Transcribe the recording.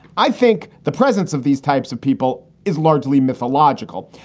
i think the presence of these types of people is largely mythological.